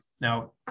Now